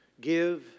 give